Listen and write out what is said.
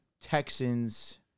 Texans